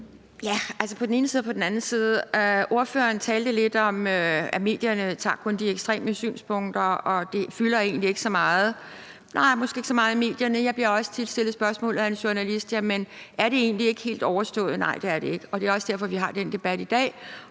lidt på den ene side og på den anden side. Ordføreren talte lidt om, at medierne kun tager de ekstreme synspunkter, og at det egentlig ikke fylder så meget. Nej, det gør det måske ikke så meget i medierne. Jeg bliver også tit stillet spørgsmål af journalister om, om det egentlig ikke er helt overstået. Men nej, det er det ikke, og det er også derfor, at vi har den debat i dag.